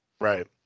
Right